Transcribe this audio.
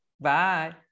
Bye